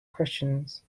questions